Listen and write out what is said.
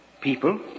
people